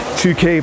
2k